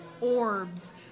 orbs